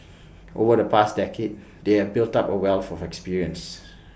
over the past decade they have built up A wealth of experience